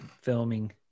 filming